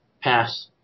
pass